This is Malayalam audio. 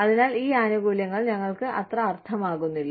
അതിനാൽ ഈ ആനുകൂല്യങ്ങൾ ഞങ്ങൾക്ക് അത്ര അർത്ഥമാക്കുന്നില്ല